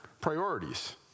priorities